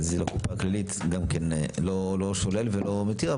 אבל זה לא, גם כן לא שולל ולא מתיר.